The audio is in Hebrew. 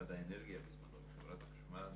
משרד האנרגיה בזמנו עם חברת החשמל